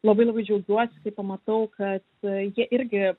labai labai džiaugiuosi kai pamatau kad jie irgi